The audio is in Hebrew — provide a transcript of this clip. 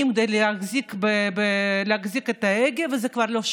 מוחה נגדם הם אלה שעכשיו רוצים להטיל את ההגבלות הללו.